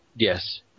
Yes